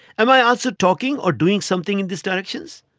am i also talking or doing something in this direction? so